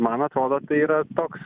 man atrodo tai yra toks